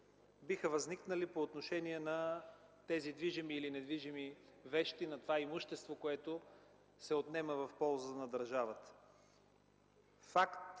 биха възникнали по отношение на тези движими или недвижими вещи, на това имущество, което се отнема в полза на държавата.